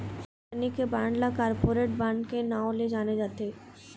company के bond ल corporate bond के नांव ले जाने जाथे